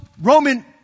Roman